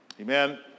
Amen